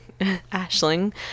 Ashling